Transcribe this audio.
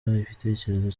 ibitekerezo